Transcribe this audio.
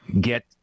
get